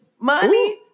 money